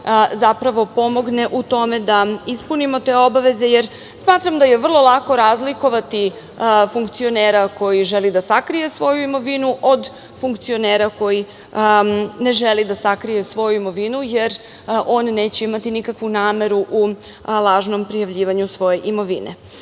zapravo pomogne u tome da ispunimo te obaveze. Smatram da je vrlo lako razlikovati funkcionera koji želi da sakrije svoju imovinu od funkcionera koji ne želi da sakrije svoju imovinu, jer on neće imati nikakvu nameru u lažnom prijavljivanju svoje imovine. Smatram